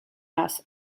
raz